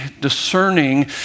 discerning